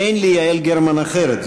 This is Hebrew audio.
אין לי יעל גרמן אחרת.